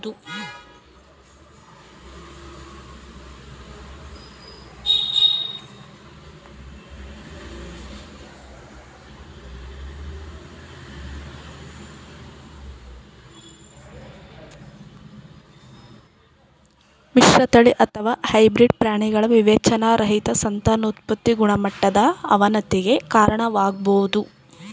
ಮಿಶ್ರತಳಿ ಅಥವಾ ಹೈಬ್ರಿಡ್ ಪ್ರಾಣಿಗಳ ವಿವೇಚನಾರಹಿತ ಸಂತಾನೋತ್ಪತಿ ಗುಣಮಟ್ಟದ ಅವನತಿಗೆ ಕಾರಣವಾಗ್ಬೋದು